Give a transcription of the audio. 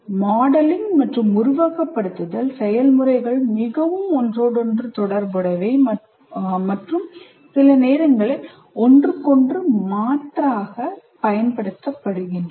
modelling மற்றும் உருவகப்படுத்துதல் செயல்முறைகள் மிகவும் ஒன்றோடொன்று தொடர்புடையவை மற்றும் சில நேரங்களில் ஒன்றுக்கொன்று மாற்றாகப் பயன்படுத்தப்படுகின்றன